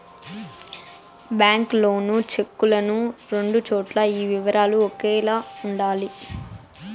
bank loan చెక్కులను రెండు చోట్ల ఈ వివరాలు ఒకేలా ఉండాలి